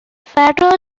فردا